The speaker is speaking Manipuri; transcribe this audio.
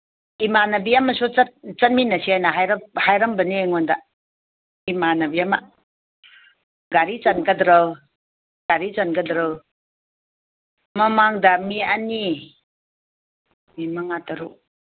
ꯏꯃꯥꯟꯅꯕꯤ ꯑꯃꯁꯨ ꯆꯠꯃꯤꯟꯅꯁꯦꯅ ꯍꯥꯏꯔꯝꯕꯅꯤ ꯑꯩꯉꯣꯟꯗ ꯏꯃꯥꯟꯅꯕꯤ ꯑꯃ ꯒꯥꯔꯤ ꯆꯟꯒꯗ꯭ꯔꯣ ꯒꯥꯔꯤ ꯆꯟꯒꯗ꯭ꯔꯣ ꯃꯃꯥꯡꯗ ꯃꯤ ꯑꯅꯤ ꯃꯤ ꯃꯉꯥ ꯇꯔꯨꯛ